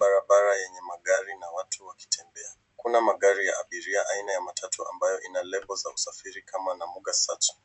Barabara yenye magari na watu wakitembea. Kuna magari ya abiria aina ya matatu ambayo ina lebo za kusafiri kama Namuga sacco.